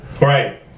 Right